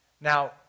Now